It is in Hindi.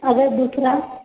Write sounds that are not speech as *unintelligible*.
*unintelligible*